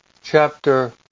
chapter